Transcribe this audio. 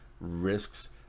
risks